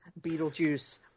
beetlejuice